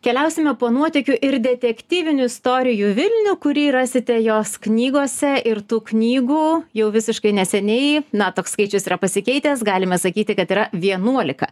keliausime po nuotykių ir detektyvinių istorijų vilnių kurį rasite jos knygose ir tų knygų jau visiškai neseniai na toks skaičius yra pasikeitęs galima sakyti kad yra vienuolika